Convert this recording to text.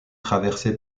traversée